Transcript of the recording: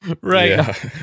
Right